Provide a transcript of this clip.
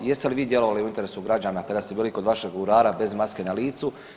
Niste li vi djelovali u interesu građana kada ste bili kod vašeg urara bez maske na licu?